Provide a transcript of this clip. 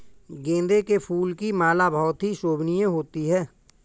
गेंदे के फूल की माला बहुत ही शोभनीय होती है